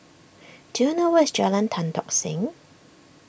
do you know where is Jalan Tan Tock Seng